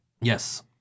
Yes